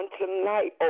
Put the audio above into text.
tonight